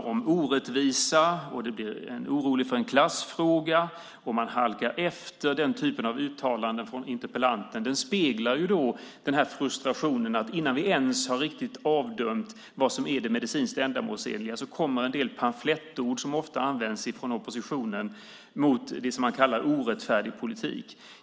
inläggsomgången om orättvisa, att det finns oro för en klassfråga och att man halkar efter. Den typen av uttalanden från interpellanten speglar frustrationen - innan vi ens har avdömt vad som är det medicinskt ändamålsenliga kommer pamflettord som ofta används från oppositionen mot det man kallar orättfärdig politik.